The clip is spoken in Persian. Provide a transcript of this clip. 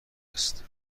است